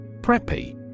Preppy